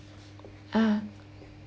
ah